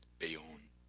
bayonne.